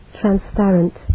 transparent